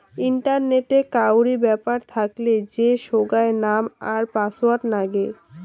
ইন্টারনেটে কাউরি ব্যাপার থাকলে যে সোগায় নাম আর পাসওয়ার্ড নাগে